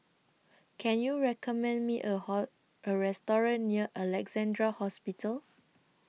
Can YOU recommend Me A Hall A Restaurant near Alexandra Hospital